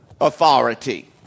authority